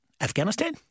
Afghanistan